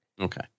Okay